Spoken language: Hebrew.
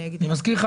אני מזכיר לך,